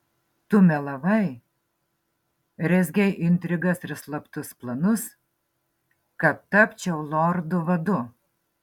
tu melavai rezgei intrigas ir slaptus planus kad tapčiau lordu vadu